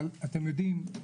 אבל אתם יודעים,